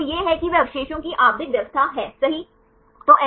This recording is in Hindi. तो यह है कि वे अवशेषों की आवधिक व्यवस्था सही है